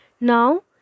Now